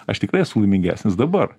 aš tikrai esu laimingesnis dabar